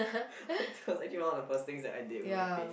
it's actually one of the first things I did with my pay